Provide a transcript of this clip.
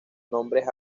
nombres